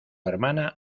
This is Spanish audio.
hermana